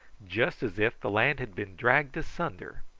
just as if the land had been dragged asunder.